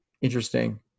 interesting